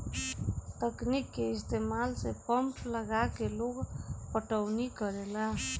तकनीक के इस्तमाल से पंप लगा के लोग पटौनी करेला